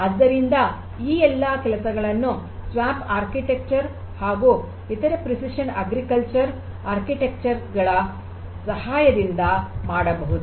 ಆದ್ದರಿಂದ ಈ ಎಲ್ಲಾ ಕೆಲಸಗಳನ್ನು ಸ್ವಾಂಪ್ ವಾಸ್ತುಶಿಲ್ಪ ಹಾಗೂ ಇತರೆ ಪ್ರೆಸಿಷನ್ ಅಗ್ರಿಕಲ್ಚರ್ ವಾಸ್ತುಶಿಲ್ಪಗಳ ಸಹಾಯದಿಂದ ಮಾಡಬಹುದು